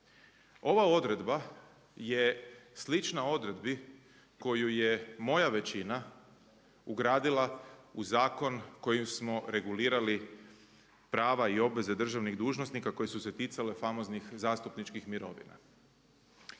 ova odredba je slična odredbi koju je moja većina ugradila u zakon kojim smo regulirali prava i obveze državnih dužnosnika koje su se ticale famoznih zastupničkih mirovina.